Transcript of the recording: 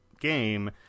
game